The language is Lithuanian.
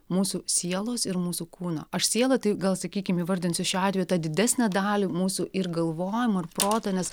mūsų sielos ir mūsų kūno aš siela tai gal sakykim įvardinsiu šiuo atveju tą didesnę dalį mūsų ir galvojimą ir protą nes